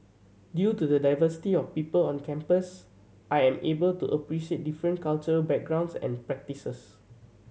due to the diversity of people on campus I am able to appreciate different cultural backgrounds and practices